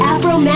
Afro